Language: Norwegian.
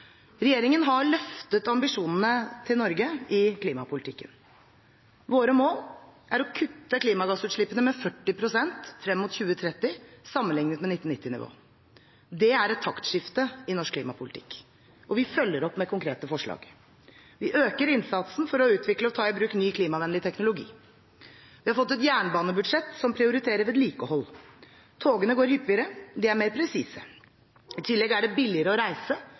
Regjeringen har løftet Norges ambisjoner i klimapolitikken. Vårt mål er å kutte klimagassutslippene med 40 pst. frem mot 2030 sammenlignet med 1990-nivå. Det er et taktskifte i norsk klimapolitikk, og vi følger opp med konkrete forslag. Vi øker innsatsen for å utvikle og ta i bruk ny klimavennlig teknologi. Vi har fått et jernbanebudsjett som prioriterer vedlikehold. Togene går hyppigere og er mer presise. I tillegg er det billigere å reise